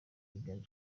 ijyanye